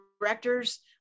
directors